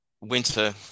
winter